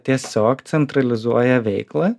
tiesiog centralizuoja veiklą